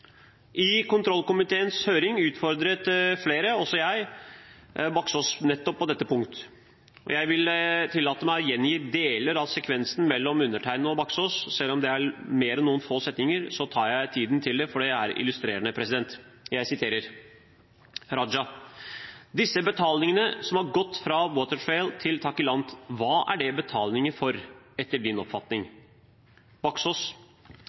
I kontrollkomiteens høring utfordret flere – også jeg – Baksaas nettopp på dette punkt. Jeg vil tillate meg å gjengi deler av sekvensen mellom undertegnede og Baksaas. Selv om det er mer enn noen få setninger, tar jeg meg tid til det, for det er illustrerende. Jeg siterer: «Abid Q. Raja Disse betalingene som har gått fra Watertrail til Takilant, hva er det betalinger for, etter din oppfatning?